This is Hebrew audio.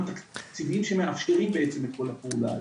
התקציביים שמאפשרים בעצם את כל הפעולה הזאת.